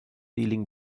dealing